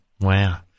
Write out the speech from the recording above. Wow